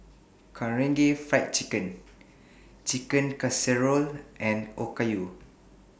Karaage Fried Chicken Chicken Casserole and Okayu